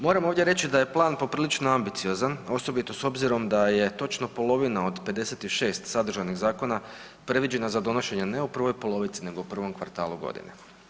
Moram ovdje reći da je plan poprilično ambiciozan osobito s obzirom da je točno polovina od 56 sadržanih zakona predviđena za donošenje ne u prvoj polovici nego u prvom kvartalu godine.